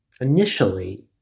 initially